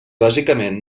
bàsicament